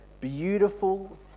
beautiful